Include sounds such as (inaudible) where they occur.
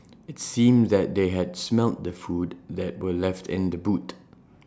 (noise) IT seemed that they had smelt the food that were left in the boot